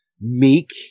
meek